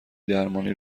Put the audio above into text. درمانی